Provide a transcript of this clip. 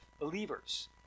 believers